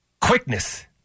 Quickness